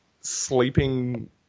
sleeping